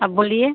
अब बोलिए